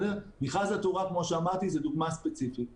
מכרז התאורה זה דוגמה ספציפית, כמו שאמרתי.